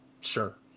sure